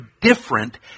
different